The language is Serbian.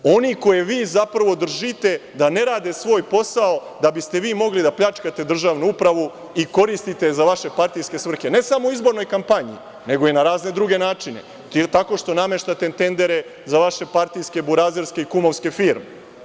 Oni koje vi zapravo držite da ne rade svoj posao, da biste vi mogli da pljačkate državnu upravu i koristite je za vaše partijske svrhe, ne samo u izbornoj kampanji, nego i na razne druge načine, tako što nameštate tendere za vaše partijske, burazerske i kumovske firme.